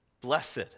blessed